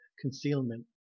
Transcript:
concealment